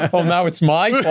and well now it's my